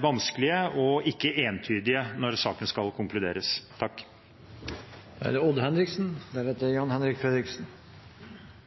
vanskelige og ikke entydige når saken skal konkluderes. Jeg vil også takke saksordføreren for måten denne saken har blitt behandlet på. Det